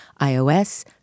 iOS